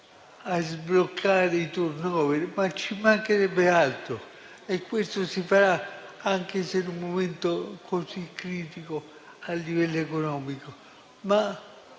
a sbloccare il *turnover*, ci mancherebbe altro, e questo si farà, anche se in un momento così critico a livello economico, ma